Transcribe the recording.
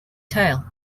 tail